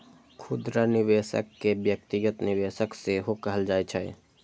खुदरा निवेशक कें व्यक्तिगत निवेशक सेहो कहल जाइ छै